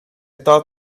thought